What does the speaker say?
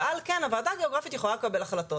ועל כן הוועדה הגיאוגרפית יכולה לקבל החלטות.